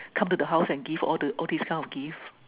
come to the house and give all these kinds of gift